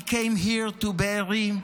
he came here to Be'eri,